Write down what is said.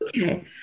Okay